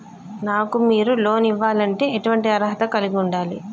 నాకు మీరు లోన్ ఇవ్వాలంటే ఎటువంటి అర్హత కలిగి వుండాలే?